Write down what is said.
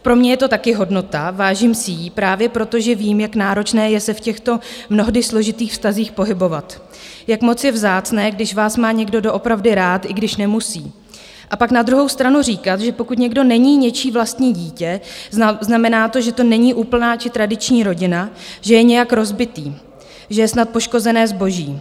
Pro mě je to taky hodnota, vážím si jí právě proto, že vím, jak náročné je se v těchto mnohdy složitých vztazích pohybovat, jak moc je vzácné, když vás má někdo doopravdy rád, i když nemusí a pak na druhou stranu říkat, že pokud někdo není něčí vlastní dítě, znamená to, že to není úplná či tradiční rodina, že je nějak rozbitý, že je snad poškozené zboží.